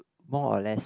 more or less